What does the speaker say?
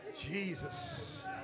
Jesus